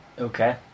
Okay